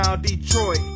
Detroit